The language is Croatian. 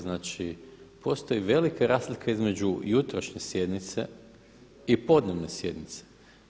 Znači, postoji velika razlika između jutrošnje sjednice i podnevne sjednice.